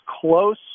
close